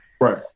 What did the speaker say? right